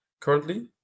currently